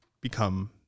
become